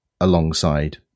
alongside